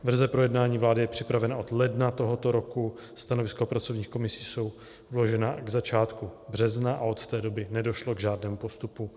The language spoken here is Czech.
Verze pro jednání vlády je připravena od ledna tohoto roku, stanoviska pracovních komisí jsou vložena k začátku března a od té doby nedošlo k žádnému postupu.